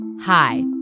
Hi